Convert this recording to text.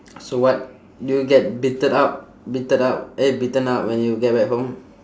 so what do you get beaten up beaten up eh beaten up when you get back home